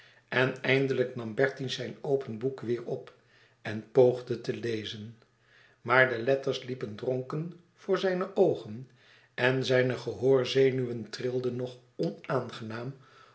en eindelijk nam bertie zijn open boek weêr op en poogde te lezen maar de letters liepen dronken voor zijne oogen en zijne gehoorzenuwen trilden nog onaangenaam